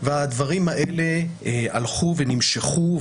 והדברים האלה הלכו ונמשכו.